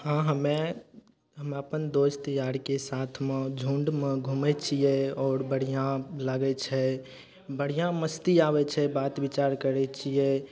हँ हम्मे हम अपन दोस्त यारके साथमे झुण्डमे घुमय छियै आओर बढ़िआँ लागय छै बढ़िआँ मस्ती आबय छै बात विचार करय छियै